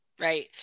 Right